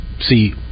see